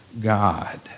God